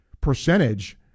percentage